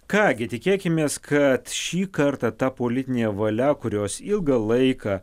ką gi tikėkimės kad šį kartą ta politinė valia kurios ilgą laiką